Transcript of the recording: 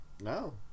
No